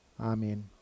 Amen